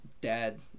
dad